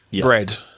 Bread